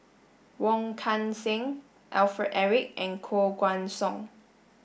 Wong Kan Seng Alfred Eric and Koh Guan Song